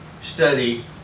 study